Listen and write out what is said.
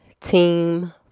team